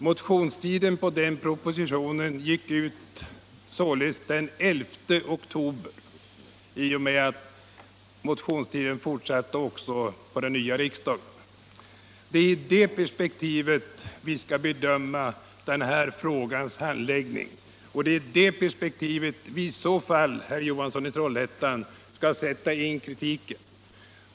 Motionstiden gick därför ut den 11 oktober, i och med att motionstiden fortsatte in på det nya riksmötet. Det är i det perspektivet vi skall bedöma den här frågans handläggning, och det är i det perspektivet vi i så fall, herr Johansson i Trollhättan, skall sätta in kritiken.